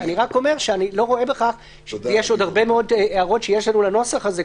אני רק אומר שיש לנו עוד הרבה מאוד הערות לנוסח הזה,